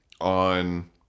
On